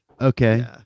Okay